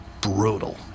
brutal